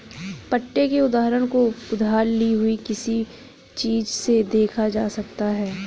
पट्टे के उदाहरण को उधार ली हुई किसी चीज़ से देखा जा सकता है